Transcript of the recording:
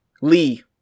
Lee